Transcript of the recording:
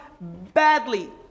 badly